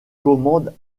commandes